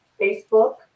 Facebook